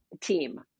team